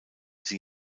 sie